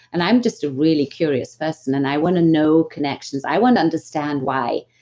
and i'm just a really curious person and i want to know connections. i want to understand why.